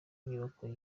nyubako